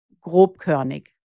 grobkörnig